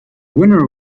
winner